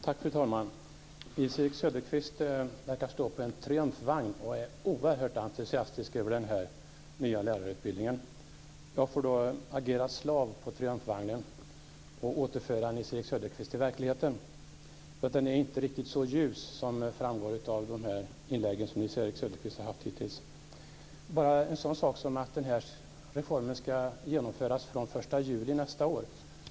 Fru talman! Nils-Erik Söderqvist verkar stå på en triumfvagn och är oerhört entusiastisk över den nya lärarutbildningen. Jag får då agera slav på triumfvagnen och återföra Nils-Erik Söderqvist till verkligheten. Den är inte riktigt så ljus som det framgår av de inlägg Nils-Erik Söderqvist har haft hittills. Först har vi en sådan sak som att reformen ska genomföras den 1 juli nästa år.